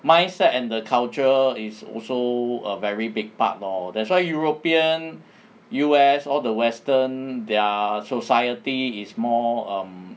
mindset and the culture is also a very big part lor that's why european U_S all the western their society is more um